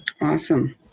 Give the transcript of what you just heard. Awesome